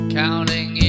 counting